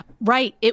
Right